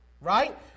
Right